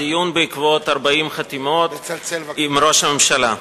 דיון בעקבות 40 חתימות עם ראש הממשלה.